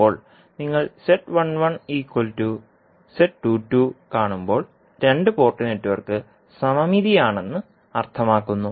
ഇപ്പോൾ നിങ്ങൾ കാണുമ്പോൾ രണ്ട് പോർട്ട് നെറ്റ്വർക്ക് സമമിതിയാണെന്ന് അർത്ഥമാക്കുന്നു